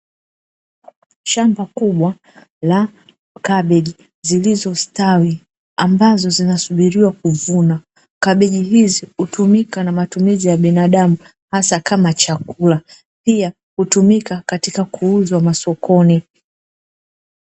Shamba kubwa la kabeji zilizostawi ambazo zinasubiriwa kuvunwa. Kabeji hizi hutumika na matumizi ya binadamu hasa kama chakula pia hutumika katika kuuzwa masokoni.